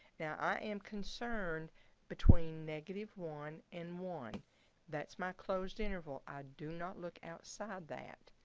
now i am concerned between negative one and one that's my closed interval. i do not look outside that.